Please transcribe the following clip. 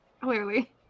clearly